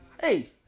Hey